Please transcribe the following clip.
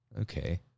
Okay